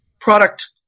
product